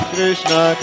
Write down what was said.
Krishna